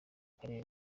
karere